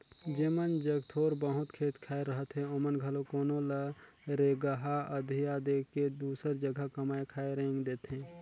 जेमन जग थोर बहुत खेत खाएर रहथे ओमन घलो कोनो ल रेगहा अधिया दे के दूसर जगहा कमाए खाए रेंग देथे